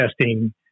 testing